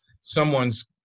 someone's